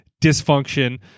dysfunction